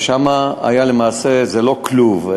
ושם היה, למעשה זה לא כלוב.